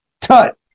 Tut